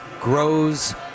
grows